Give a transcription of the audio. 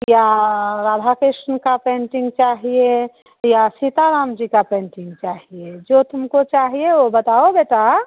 या राधा कृष्ण का पेंटिंग चाहिए या सीताराम जी का पेंटिंग चाहिए जो तुमको चाहिए वो बताओ बेटा